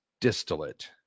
distillate